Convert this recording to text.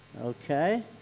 okay